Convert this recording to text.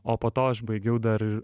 o po to aš baigiau dar ir